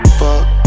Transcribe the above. fuck